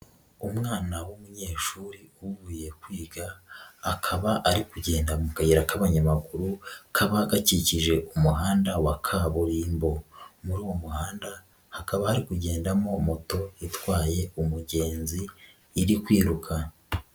Umwana w'umunyeshuri uvuye kwiga, akaba ari kugenda mu kayira k'abanyamaguru kaba gakikije umuhanda wa kaburimbo, muri uwo muhanda hakaba hari kugendamo moto itwaye umugenzi iri kwiruka.